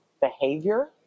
behavior